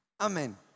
Amen